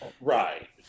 right